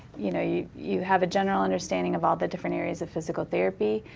you know you you have a general understanding of all the different areas of physical therapy.